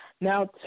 Now